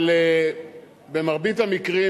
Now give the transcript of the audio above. אבל במרבית המקרים,